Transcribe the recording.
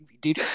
dude